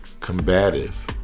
combative